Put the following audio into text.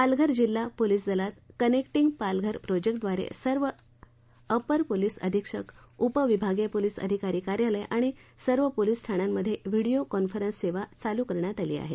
पालघर जिल्हा पोलीस दलात कनेक्टिंग पालघर प्रोजेक्टद्वारे सर्व अपर पोलीस अधीक्षक उप विभागीय पोलीस अधिकारी कार्यालय आणि सर्व पोलीस ठाण्यांमध्ये व्हिडीओ कॉन्फरन्स सेवा चालू करण्यात आलेली आहे